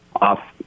off